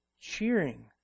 cheering